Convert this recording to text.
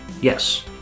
Yes